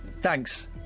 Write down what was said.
thanks